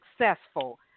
successful